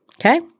Okay